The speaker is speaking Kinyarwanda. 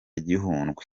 gihundwe